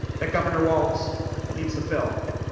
the governor walz needs to fill.